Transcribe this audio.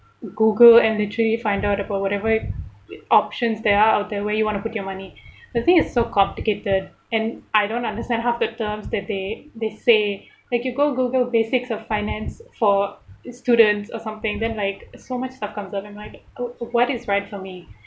google and literally find out about whatever options there are out there where you want to put your money the thing is so complicated and I don't understand half the terms that they they say like you go google basics of finance for students or something then like so much stuff comes out I'm like w~ what is right for me